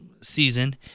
season